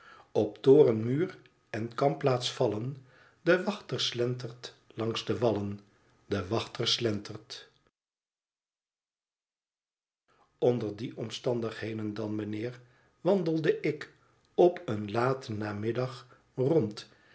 op toren muur en kampplaats vallen de wachter slentert langs de wallen de wachter slentert onder die omstandigheden dan meneer wandelde ik op een laten namiddag rond